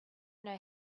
know